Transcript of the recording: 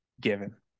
given